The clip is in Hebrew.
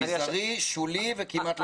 מזערי, שולי וכמעט לא קיים.